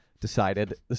decided